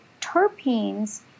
terpenes